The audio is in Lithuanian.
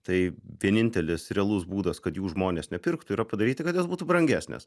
tai vienintelis realus būdas kad jų žmonės nepirktų yra padaryti kad jos būtų brangesnės